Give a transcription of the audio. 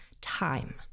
time